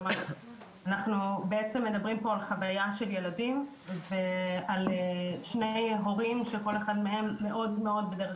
אנחנו בעצם מדברים על חוויה של ילדים ועל שני הורים שכל אחד מהם בדרך